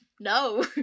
no